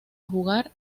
jugar